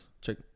check